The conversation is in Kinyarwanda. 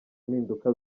mpinduka